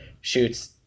shoots